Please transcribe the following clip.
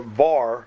bar